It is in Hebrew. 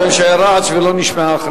מכיוון שהיה רעש וההכרזה לא נשמעה.